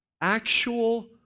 actual